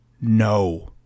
no